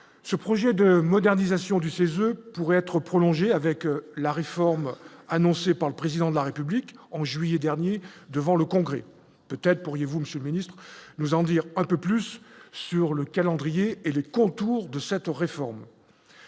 ce projet de modernisation du CESE pourrait être prolongé avec la réforme annoncée par le président de la République en juillet dernier, devant le Congrès, peut-être pourriez-vous, Monsieur le Ministre, nous en dire un peu plus sur le calendrier et les contours de cette réforme